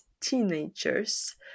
teenagers